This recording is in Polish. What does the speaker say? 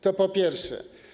To po pierwsze.